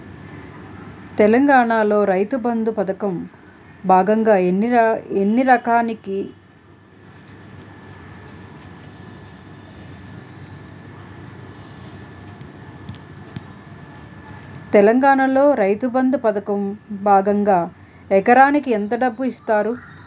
తెలంగాణలో రైతుబంధు పథకం భాగంగా ఎకరానికి ఎంత డబ్బు ఇస్తున్నారు?